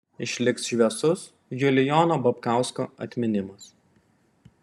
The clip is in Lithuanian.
išliks šviesus julijono babkausko atminimas